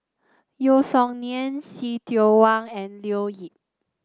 Yeo Song Nian See Tiong Wah and Leo Yip